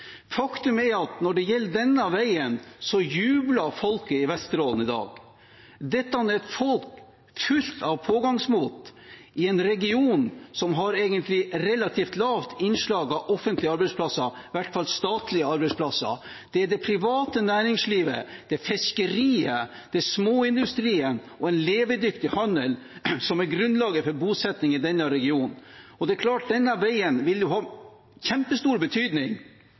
Faktum er at når det gjelder denne veien, jubler folket i Vesterålen i dag. Dette er et folk fylt av pågangsmot i en region som har et relativt lite innslag av offentlige arbeidsplasser, i hvert fall statlige arbeidsplasser. Det er det private næringslivet – fiskeriet, småindustrien og en levedyktig handel – som er grunnlaget for bosetting i denne regionen, og det er klart at denne veien vil ha kjempestor betydning